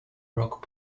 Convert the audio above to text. rock